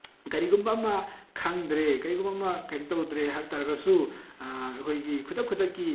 ꯀꯔꯤꯒꯨꯝꯕ ꯑꯃ ꯈꯪꯗ꯭ꯔꯦ ꯀꯔꯤꯒꯨꯝꯕ ꯑꯃ ꯀꯔꯤꯝ ꯇꯧꯗ꯭ꯔꯦ ꯍꯥꯏꯕ ꯇꯥꯔꯒꯁꯨ ꯑꯩꯈꯣꯏꯒꯤ ꯈꯨꯗꯛ ꯈꯨꯗꯛꯀꯤ